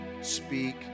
speak